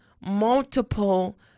multiple